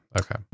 Okay